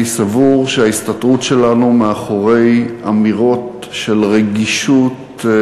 אני סבור שההסתתרות שלנו מאחורי אמירות של רגישות,